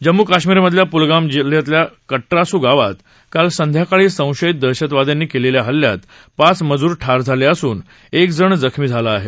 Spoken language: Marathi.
जम्मू कश्मीरमधल्या कुलगाम जिल्ह्यातल्या कट्रासू गावात काल संध्याकाळी संशयित दहशवाद्यांनी केलेल्या हल्ल्यात पाच मजूर ठार झाले असून एक जण जखमी झाला आहे